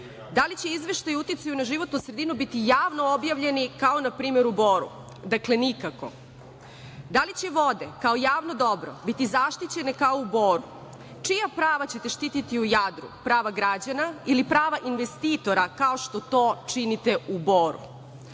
Da li će izveštaj o uticaju na životnu sredinu biti javno objavljeni, kao na primer u Boru? Dakle, nikako. Da li će vode, kao javno dobro biti zaštićene kao u Boru? Čija prava ćete štititi u Jadru, prava građana ili prava investitora, kao što to činite u Boru? Juče